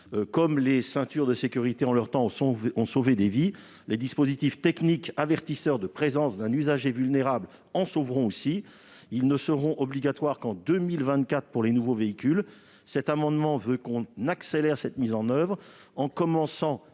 Comme les ceintures de sécurité en leur temps ont sauvé des vies, les dispositifs techniques capables de détecter la présence d'un usager vulnérable en sauveront aussi. Ils ne seront obligatoires qu'en 2024 pour les nouveaux véhicules. Cet amendement vise à accélérer leur mise en oeuvre, en premier